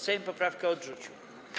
Sejm poprawkę odrzucił.